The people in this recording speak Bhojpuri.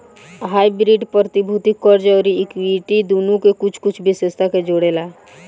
हाइब्रिड प्रतिभूति, कर्ज अउरी इक्विटी दुनो के कुछ कुछ विशेषता के जोड़ेला